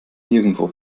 nirgendwo